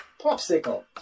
Popsicle